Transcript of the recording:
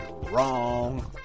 wrong